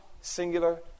singular